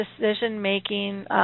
decision-making